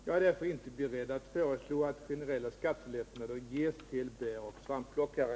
Jag är därför inte beredd att föreslå att generella skattelättnader ges till bäroch svampplockare.